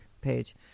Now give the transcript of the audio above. page